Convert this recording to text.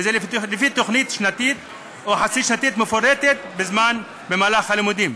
וזה לפי תוכנית שנתית או חצי-שנתית מפורטת במהלך הלימודים.